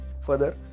Further